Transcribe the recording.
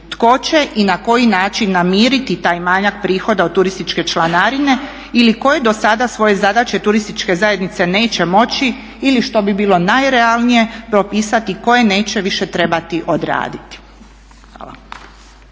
tko će i na koji način namiriti taj manjak prihoda u turističke članarine ili koje do sada svoje zadaće turističke zajednice neće moći ili što bi bilo najrealnije propisati koje neće više trebati odraditi.